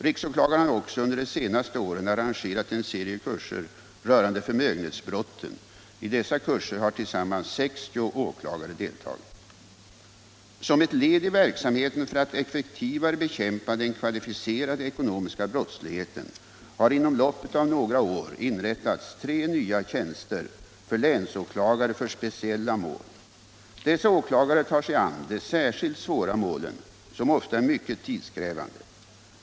Riksåklagaren har också under de senaste åren arrangerat en Om systemet med avgiftsfinansierade broar Som ett led i verksamheten för att effektivare bekämpa den kvalificerade ekonomiska brottsligheten har inom loppet av några år inrättats tre nya tjänster för länsåklagare för speciella mål. Dessa åklagare tar sig an de särskilt svåra målen, som ofta är mycket tidskrävande.